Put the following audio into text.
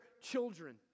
children